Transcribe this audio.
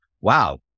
wow